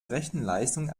rechenleistung